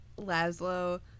Laszlo